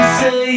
say